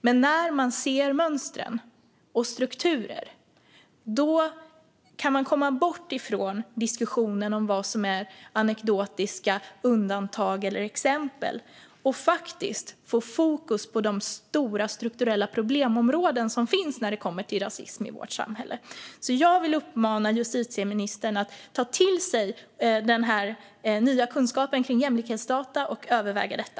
Men när man ser mönstren och strukturerna kan man komma bort från diskussionen om vad som är anekdotiska undantag eller exempel och faktiskt få fokus på de stora strukturella problemområden som finns när det kommer till rasism i vårt samhälle. Jag vill uppmana justitieministern att ta till sig den nya kunskapen kring jämlikhetsdata och överväga detta.